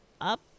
up